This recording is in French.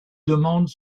demandes